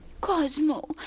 Cosmo